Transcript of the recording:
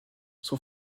son